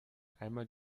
einmal